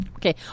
Okay